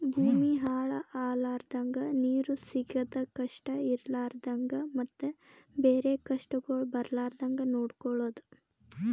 ಭೂಮಿ ಹಾಳ ಆಲರ್ದಂಗ, ನೀರು ಸಿಗದ್ ಕಷ್ಟ ಇರಲಾರದಂಗ ಮತ್ತ ಬೇರೆ ಕಷ್ಟಗೊಳ್ ಬರ್ಲಾರ್ದಂಗ್ ನೊಡ್ಕೊಳದ್